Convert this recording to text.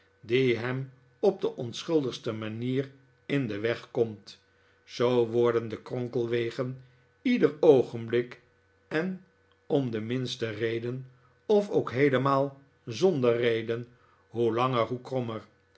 die hem op de onschuldigste manier in den weg komt zoo worden de kronkelwegen ieder oogenblik en om de minste reden of ook heelemaal zonder reden hoe langer hoe